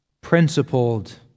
principled